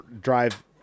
drive